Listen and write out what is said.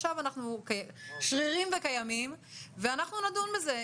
עכשיו אנחנו שרירים וקיימים ואנחנו נדון בזה.